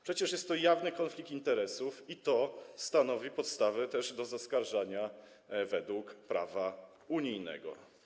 Przecież jest to jawny konflikt interesów i to stanowi też podstawę do zaskarżenia według prawa unijnego.